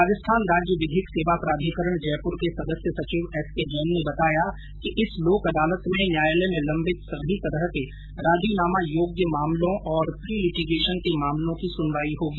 राजस्थान राज्य विधिक सेवा प्राधिकरण जयपुर के सदस्य सचिव एस के जैन ने बताया कि इस लोक अदालत में न्यायालय में लम्बित सभी तरह के राजीनामा योग्य प्रकरणों और प्रीलिटीगेशन के मामलों की सुनवाई होगी